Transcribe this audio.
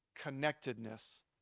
connectedness